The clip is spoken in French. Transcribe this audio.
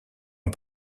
ont